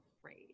afraid